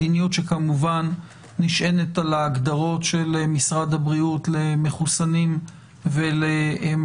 מדיניות שכמובן נשענת על ההגדרות של משרד הבריאות למחוסנים ולמחלימים.